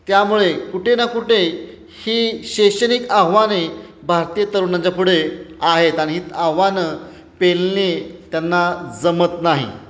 त्यामुळे कुठे ना कुठे ही शैक्षणिक आव्हाने भारतीय तरुणांच्या पुढे आहेत आणि ही आव्हानं पेलणे त्यांना जमत नाही